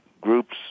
groups